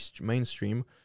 mainstream